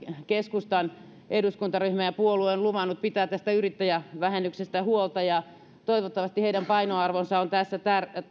keskustan eduskuntaryhmä ja puolue ovat luvanneet pitää tästä yrittäjävähennyksestä huolta ja toivottavasti heidän painoarvonsa on tässä